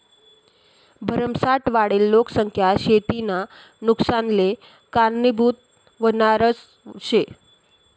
भरमसाठ वाढेल लोकसंख्या शेतीना नुकसानले कारनीभूत व्हनारज शे